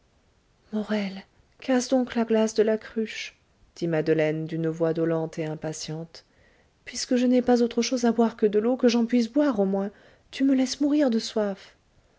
morel casse donc la glace de la cruche dit madeleine d'une voix dolente et impatiente puisque je n'ai pas autre chose à boire que de l'eau que j'en puisse boire au moins tu me laisses mourir de soif